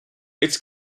its